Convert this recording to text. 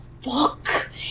Fuck